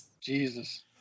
Jesus